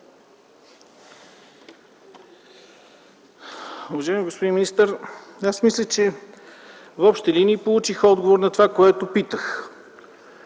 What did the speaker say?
Уважаеми господин министър, аз мисля, че в общи линии получих отговор на това, което питах.